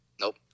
Nope